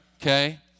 okay